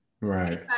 right